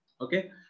Okay